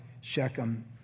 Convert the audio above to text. Shechem